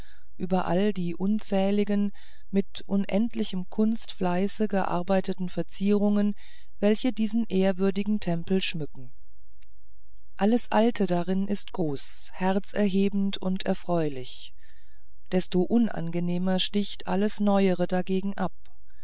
über alle die unzähligen mit unendlichem kunstfleiße gearbeiteten verzierungen welche diesen ehrwürdigen tempel schmücken alles alte darin ist groß herzerhebend und erfreulich desto unangenehmer sticht alles neuere dagegen ab